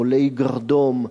עולי הגרדום,